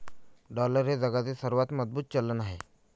dollar हे जगातील सर्वात मजबूत चलन आहे